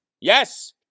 Yes